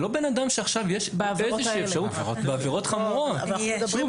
אם גברתי מכירה מקרה כזה, אנחנו צריכים